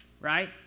right